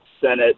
Senate